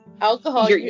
alcohol